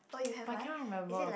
but I can't remember